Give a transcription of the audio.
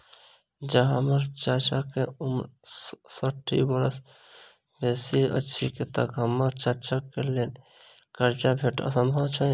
जँ हम्मर चाचाक उम्र साठि बरख सँ बेसी अछि तऽ की हम्मर चाचाक लेल करजा भेटब संभव छै?